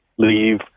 leave